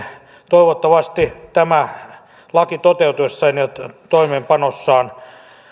toivottavasti tämä laki toteutuksessaan ja toimeenpanossaan